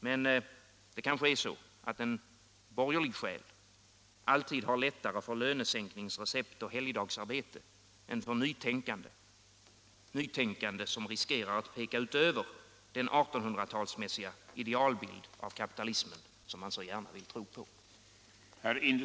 Men det kanske är så att en borgerlig själ alltid har lättare för lönesänkningsrecept och helgdagsarbete än för nytänkande — nytänkande som riskerar att peka utöver den 1800-talsmässiga idealbild av kapitalismen som man så gärna vill tro på.